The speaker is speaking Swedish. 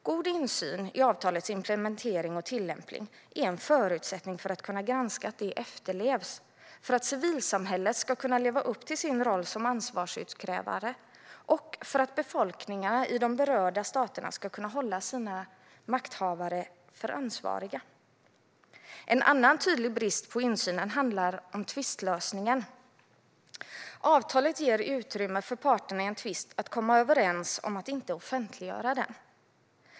God insyn i avtalets implementering och tillämpning är en förutsättning för att man ska kunna granska att det efterlevs, för att civilsamhället ska kunna leva upp till sin roll som ansvarsutkrävare och för att befolkningarna i de berörda staterna ska kunna hålla sina makthavare ansvariga. En annan tydlig brist på insyn gäller tvistlösningen. Avtalet ger utrymme för parterna i en tvist att komma överens om att inte offentliggöra den.